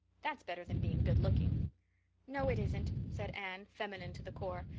that's better than being good looking. no, it isn't, said anne, feminine to the core.